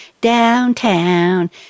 Downtown